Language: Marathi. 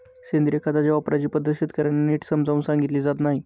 सेंद्रिय खताच्या वापराची पद्धत शेतकर्यांना नीट समजावून सांगितली जात नाही